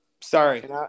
Sorry